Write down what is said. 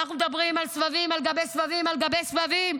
אנחנו מדברים על סבבים על גבי סבבים על גבי סבבים,